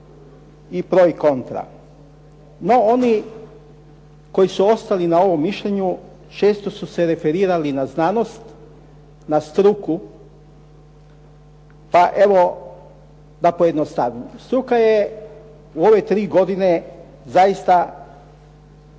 i pro i kontra. No oni koji su ostali na ovom mišljenju, često su se referirali na znanost, na struku, pa evo da pojednostavim. Struka je u ove tri godine zaista napredovala